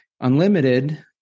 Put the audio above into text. Unlimited